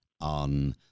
on